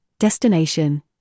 destination